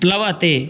प्लवते